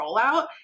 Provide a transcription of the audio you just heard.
rollout